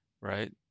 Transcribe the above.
right